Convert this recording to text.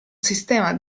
sistema